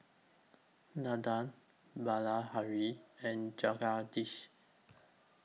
Nandan Bilahari and Jagadish